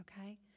Okay